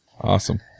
Awesome